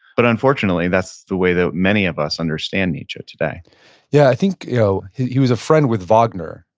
but unfortunately that's the way that many of us understand nietzsche today yeah. i think you know he was a friend with wagner,